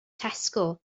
tesco